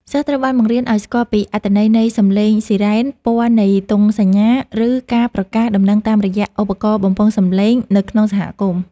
សិស្សត្រូវបានបង្រៀនឱ្យស្គាល់ពីអត្ថន័យនៃសំឡេងស៊ីរ៉ែន ពណ៌នៃទង់សញ្ញា ឬការប្រកាសដំណឹងតាមរយៈឧបករណ៍បំពងសំឡេងនៅក្នុងសហគមន៍។